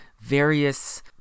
various